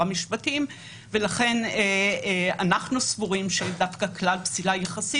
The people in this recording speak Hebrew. לכן אנחנו סבורים שדווקא כלל פסילה יחסית,